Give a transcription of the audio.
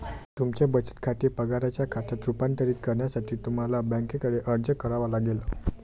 तुमचे बचत खाते पगाराच्या खात्यात रूपांतरित करण्यासाठी तुम्हाला बँकेकडे अर्ज करावा लागेल